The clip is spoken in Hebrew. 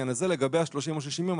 לגבי 30 או 60 הימים,